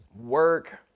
work